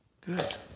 good